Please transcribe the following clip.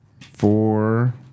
Four